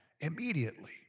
immediately